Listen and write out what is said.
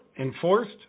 enforced